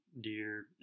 Deer